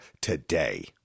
today